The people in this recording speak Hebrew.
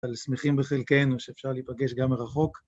אנו שמחים בחלקנו שאפשר להיפגש גם מרחוק.